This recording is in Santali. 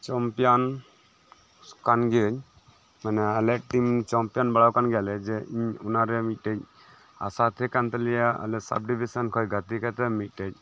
ᱪᱚᱢᱯᱤᱭᱟᱱ ᱠᱟᱱ ᱜᱤᱭᱟᱹᱧ ᱢᱟᱱᱮ ᱟᱞᱮᱭᱟᱜ ᱴᱤᱢ ᱪᱟᱢᱯᱤᱭᱟᱱ ᱵᱟᱲᱟᱣᱟᱠᱟᱱ ᱜᱮᱭᱟᱞᱮ ᱡᱮ ᱤᱧ ᱚᱱᱟ ᱨᱮ ᱢᱤᱫ ᱴᱮᱡ ᱟᱥᱟ ᱛᱟᱦᱮᱸ ᱠᱟᱱ ᱛᱟᱞᱮᱭᱟ ᱟᱞᱮ ᱥᱟᱵᱽ ᱰᱤᱵᱷᱤᱥᱮᱱ ᱠᱷᱚᱡ ᱜᱟᱛᱮ ᱠᱟᱛᱮᱫ ᱢᱤᱫᱴᱮᱡ